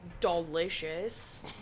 delicious